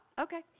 okay